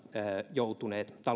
joutuneet